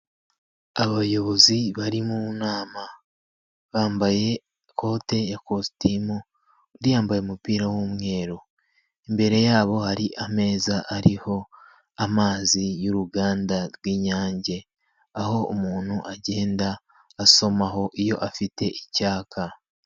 Abayobozi bari mu nama bambaye, ikote ya kositimu undi yambaye umupira w'umweru, imbere yabo hari ameza ariho amazi y'uruganda rw'inyange, aho umuntu agenda asomaho iyo afite icyaka.